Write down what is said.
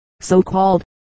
so-called